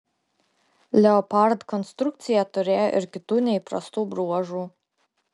leopard konstrukcija turėjo ir kitų neįprastų bruožų